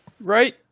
right